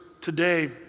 today